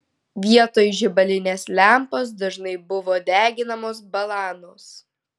vietoj žibalinės lempos dažnai buvo deginamos balanos